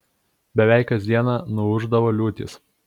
beveik kas dieną nuūždavo liūtys